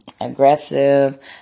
aggressive